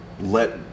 let